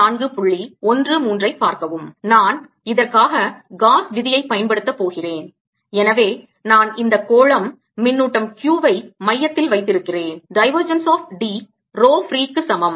நான் இதற்காக காஸ் விதியைப் பயன்படுத்தப் போகிறேன் எனவே நான் இந்த கோளம் மின்னூட்டம் Qவை மையத்தில் வைத்திருக்கிறேன் divergence of D ரோ ஃப்ரீக்கு சமம்